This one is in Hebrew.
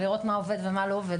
לראות מה עובד ומה לא עובד.